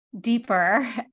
deeper